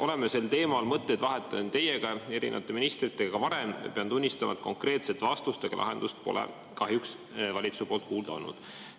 Oleme sel teemal mõtteid vahetanud teiega ja erinevate ministritega ka varem ja pean tunnistama, et konkreetset vastust ega lahendust pole kahjuks valitsuse poolt kuulda olnud.